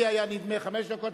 לי היה נדמה חמש דקות,